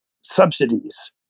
subsidies